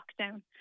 lockdown